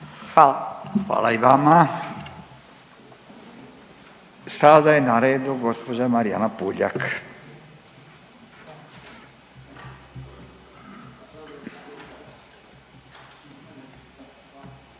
Hvala i vama. Sada je na redu gospođa Marijana Puljak. Izvolite.